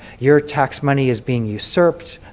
your tax money is being usurped,